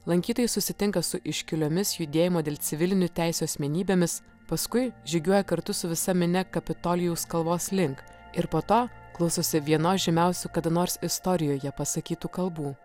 lankytojai susitinka su iškiliomis judėjimo dėl civilinių teisių asmenybėmis paskui žygiuoja kartu su visa minia kapitolijaus kalvos link ir po to klausosi vienos žymiausių kada nors istorijoje pasakytų kalbų